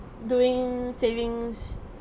doing savings